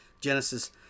Genesis